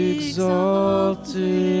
Exalted